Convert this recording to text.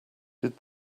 did